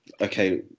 Okay